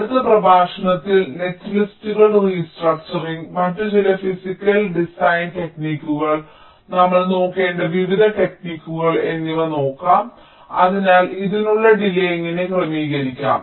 അടുത്ത പ്രഭാഷണത്തിൽ നെറ്റ്ലിസ്റ്റുകൾ റീസ്ട്രക്ച്ചറിങ് മറ്റ് ചില ഫിസിക്കൽ ഡിസൈൻ ടെക്നിക്കുകൾ നമ്മൾ നോക്കേണ്ട വിവിധ ടെക്നിക്കുകൾ എന്നിവ നോക്കാം അതിനാൽ ഇതിനുള്ള ഡിലേയ് എങ്ങനെ ക്രമീകരിക്കാം